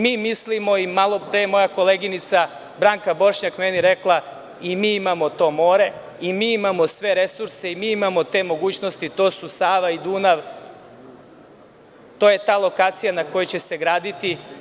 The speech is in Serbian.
Mi mislimo i malopre je moja koleginica Branka Bošnjak meni rekla – i mi imamo to more, i mi imamo sve resurse, i mi imamo te mogućnosti, to su Sava i Dunav, to je ta lokacija na kojoj će se graditi.